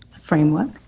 framework